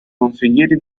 consiglieri